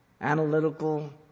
analytical